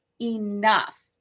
enough